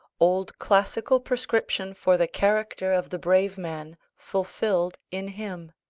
old classical prescription for the character of the brave man fulfilled in him.